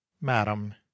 Madam